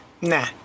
nah